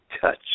touch